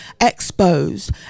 exposed